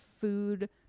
food